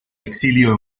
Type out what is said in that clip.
exilio